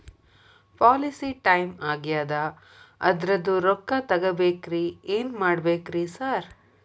Policy time ಆಗ್ಯಾದ ಅದ್ರದು ರೊಕ್ಕ ತಗಬೇಕ್ರಿ ಏನ್ ಮಾಡ್ಬೇಕ್ ರಿ ಸಾರ್?